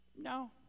no